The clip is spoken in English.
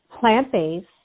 plant-based